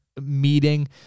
meeting